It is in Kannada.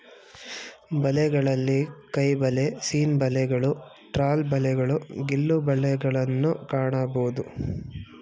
ಬಲೆಗಳಲ್ಲಿ ಕೈಬಲೆ, ಸೀನ್ ಬಲೆಗಳು, ಟ್ರಾಲ್ ಬಲೆಗಳು, ಗಿಲ್ಲು ಬಲೆಗಳನ್ನು ಕಾಣಬೋದು